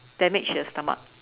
damage her stomach